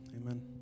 Amen